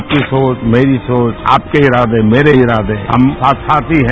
आपकी सोच मेरी सोच आपके इरादे मेरे इरादे हम साथ साथ ही हैं